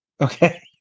Okay